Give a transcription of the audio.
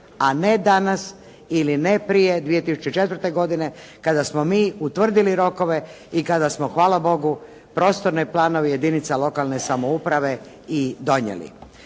a ne danas ili ne prije 2004. godine kada smo mi utvrdili rokove i kada smo hvala bogu prostorne planove jedinica lokalne samouprave i donijeli.